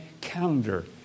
calendar